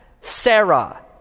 Sarah